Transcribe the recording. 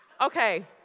Okay